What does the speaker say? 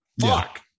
fuck